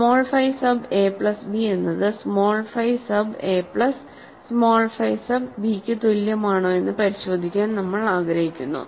small phi sub a plus b എന്നത് small phi sub a plus small phi sub b ക്കു തുല്യമാണോയെന്നു പരിശോധിക്കാൻ നമ്മൾ ആഗ്രഹിക്കുന്നു